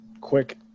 quick